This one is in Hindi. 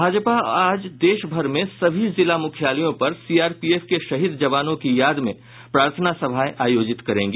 भाजपा आज देशभर में सभी जिला मुख्यालयों पर सीआरपीएफ के शहीद जवानों के याद में प्रार्थना सभाएं आयोजित करेगी